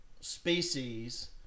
species